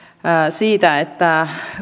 siitä että